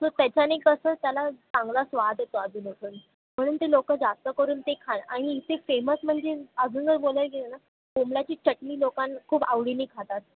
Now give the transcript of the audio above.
so त्याच्याने कसं त्याला चांगला स्वाद येतो अजून अजून म्हणून ते लोक जास्त करून ते खाण आणि इथे फेमस म्हणजे अजून जर बोलायला गेलं ना बोंबलाची चटणी लोक खूप आवडीने खातात